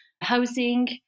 housing